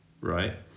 right